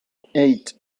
eight